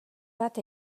bat